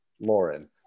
lauren